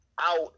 out